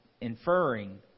inferring